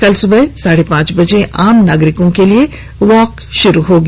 कल सुबह साढ़े पांच बजे आम नागरिकों के लिए वॉक शुरू होगी